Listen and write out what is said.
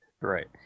Right